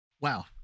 Wow